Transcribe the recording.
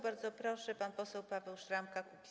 Bardzo proszę, pan poseł Paweł Szramka, Kukiz’15.